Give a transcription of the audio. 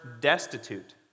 destitute